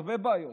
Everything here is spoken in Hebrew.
הרבה בעיות,